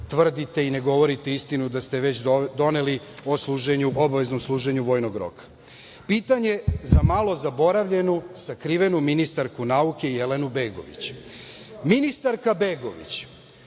i ne govorite istinu da ste već doneli, obaveznom služenju vojnog roka? Pitanje za malo zaboravljenu, sakrivenu ministarku nauke Jelenu Begović. Ministarka Begović